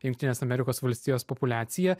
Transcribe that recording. jungtinės amerikos valstijos populiacija